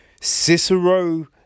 Cicero